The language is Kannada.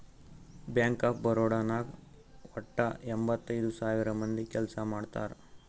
ಬ್ಯಾಂಕ್ ಆಫ್ ಬರೋಡಾ ನಾಗ್ ವಟ್ಟ ಎಂಭತ್ತೈದ್ ಸಾವಿರ ಮಂದಿ ಕೆಲ್ಸಾ ಮಾಡ್ತಾರ್